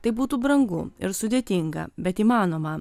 tai būtų brangu ir sudėtinga bet įmanoma